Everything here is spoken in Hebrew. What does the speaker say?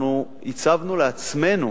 הצבנו לעצמנו